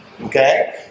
Okay